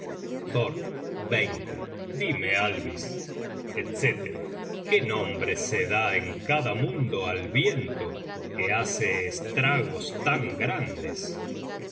thor dime alvis etc qué nombre se da en cada mundo al viento que hace estragos tan grandes